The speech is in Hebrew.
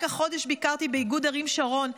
רק החודש ביקרתי באיגוד ערים שרון,